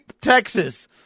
Texas